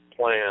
plan